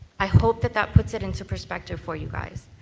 i hope that that puts it into perspective for you guys.